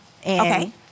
Okay